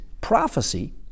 prophecy